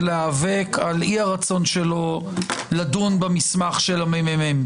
להיאבק על אי-הרצון שלו לדון במסמך של הממ"מ,